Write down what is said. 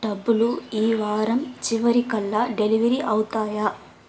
టబ్బులు ఈ వారం చివరికల్లా డెలివిరీ అవుతాయా